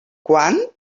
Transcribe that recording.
quant